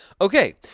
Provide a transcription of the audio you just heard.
Okay